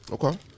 Okay